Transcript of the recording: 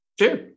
Sure